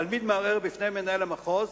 התלמיד מערער בפני מנהל המחוז,